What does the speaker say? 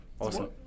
awesome